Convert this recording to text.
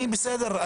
בסדר,